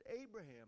Abraham